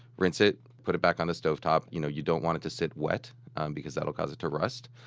rinse it and put it back on the stovetop. you know you don't want it to sit wet because that will cause it to rust.